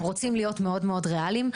רוצים להיות מאוד מאוד ריאליים,